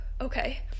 Okay